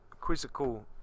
quizzical